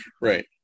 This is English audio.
right